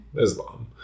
islam